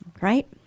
right